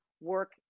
work